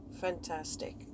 Fantastic